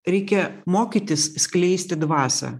reikia mokytis skleisti dvasią